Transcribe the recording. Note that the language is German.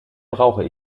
brauche